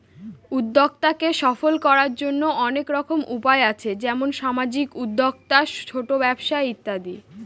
উদ্যক্তাকে সফল করার জন্য অনেক রকম উপায় আছে যেমন সামাজিক উদ্যোক্তা, ছোট ব্যবসা ইত্যাদি